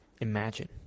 imagine